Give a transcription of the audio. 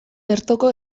bertoko